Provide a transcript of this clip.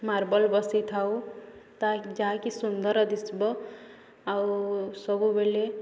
marble ବସେଇଥାଉ ତା ଯାହାକି ସୁନ୍ଦର ଦିଶିବ ଆଉ ସବୁବେଳେ